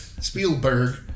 Spielberg